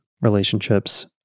relationships